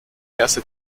erste